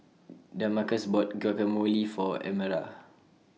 Damarcus bought Guacamole For Amara